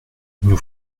nous